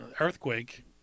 Earthquake